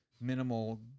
minimal